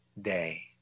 day